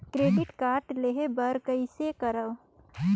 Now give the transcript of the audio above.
Credit card लेहे बर कइसे करव?